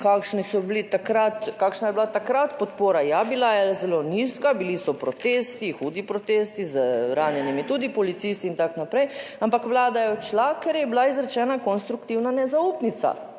kakšna je bila takrat podpora. Ja, bila je zelo nizka, bili so protesti, hudi protesti z ranjenimi tudi policisti, in tako naprej, ampak vlada je odšla, ker je bila izrečena konstruktivna nezaupnica